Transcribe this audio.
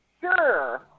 sure